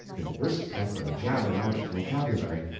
it brisked up and jabbered out its vocabulary!